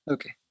Okay